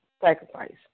sacrifice